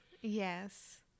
Yes